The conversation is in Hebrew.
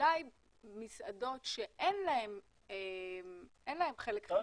אולי מסעדות שאין להן חלק חיצוני --- לא,